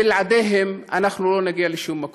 שבלעדיהם אנחנו לא נגיע לשום מקום.